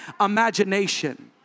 imagination